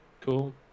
Cool